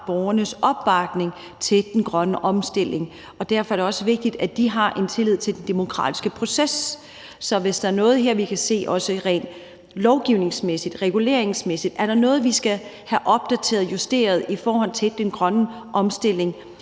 borgernes opbakning til den grønne omstilling, og derfor er det også vigtigt, at de har en tillid til den demokratiske proces. Så hvis vi her kan se, at der er noget, også rent lovgivningsmæssigt, reguleringsmæssigt, vi skal have opdateret, justeret i forhold til den grønne omstilling